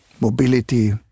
mobility